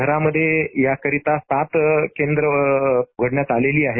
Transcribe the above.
शहरामधे याकरिता सात केंद्रं उघडण्यात आलेली आहेत